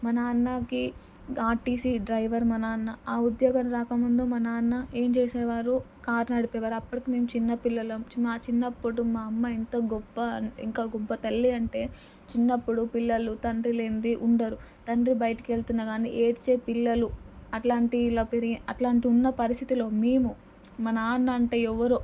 మా నాన్నకి RTC driver మా నాన్న ఆ ఉద్యోగం రాక మందు మా నాన్న ఏం చేసేవారు కార్ నడిపేవారు అప్పటికి మేము చిన్న పిల్లలము మా చిన్నప్పుడు మా అమ్మ ఎంతో గొప్ప ఇంకా గొప్ప తల్లి అంటే చిన్నప్పుడు పిల్లలు తండ్రి లేనిది ఉండరు తండ్రి బయటకి వెళుతున్నా కానీ ఏడ్చే పిల్లలు అట్లాంటి ఇలా పెరిగి అట్లాంటి ఉన్న పరిస్థితుల్లో మేము మా నాన్న అంటే ఎవరో